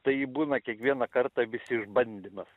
tai būna kiekvieną kartą vis išbandymas